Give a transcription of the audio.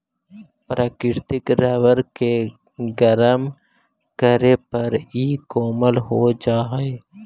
प्राकृतिक रबर के गरम करे पर इ कोमल हो जा हई